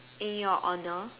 in your honor